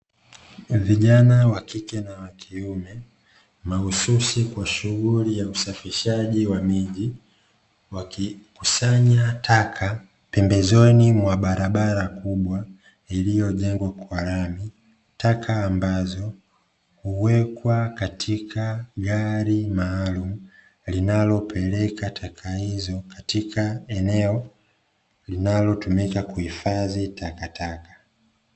Vijana wa kike na wa kiume, mahususi kwa shughuli ya usafishaji wa miji, wakikusanya taka pembezoni mwa barabara kubwa iliyojengwa kwa lami. Taka ambazo huwekwa katika gari maalumu linalopeleka taka hizo katika eneo linalotumika kuhifadhi takataka.